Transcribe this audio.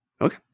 Okay